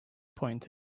point